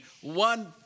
one